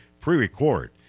pre-record